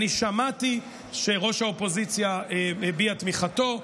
שמעתי שראש האופוזיציה הביע תמיכתו,